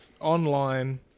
online